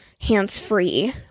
hands-free